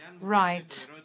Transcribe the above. right